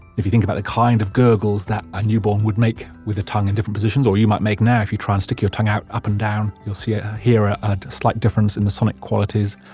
if you think about the kind of gurgles that a newborn would make with a tongue in different positions or you might make now if you try and stick your tongue out up and down, you'll ah hear ah a slight difference in the sonic qualities.